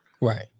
Right